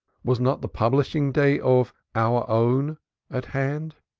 was not the publishing day of our own at hand?